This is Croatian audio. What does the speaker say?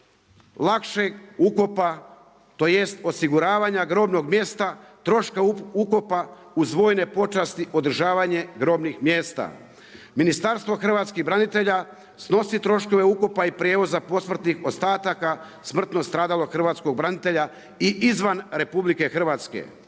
lakšeg ukopa, tj. osiguravanja grobnog mjesta, troška ukopa uz vojne počasti, održavanje grobnih mjesta. Ministarstvo hrvatskih branitelja snosi troškove ukopa i prijevoza posmrtnih ostataka smrtno stradalog hrvatskog branitelja i izvan RH.